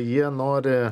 jie nori